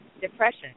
depression